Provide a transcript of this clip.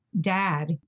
dad